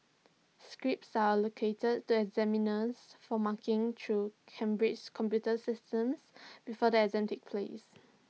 scripts are allocated to examiners for marking through Cambridge's computer systems before the exams take place